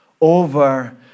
over